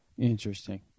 Interesting